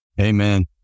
Amen